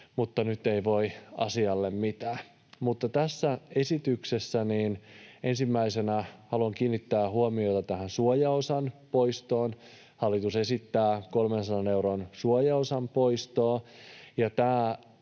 mutta nyt ei voi asialle mitään. Tässä esityksessä ensimmäisenä haluan kiinnittää huomiota tähän suojaosan poistoon. Hallitus esittää 300 euron suojaosan poistoa,